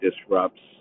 disrupts